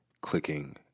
clicking